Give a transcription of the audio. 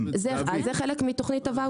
זה חלק מתוכנית הוואוצ'ר.